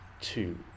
two